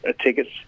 tickets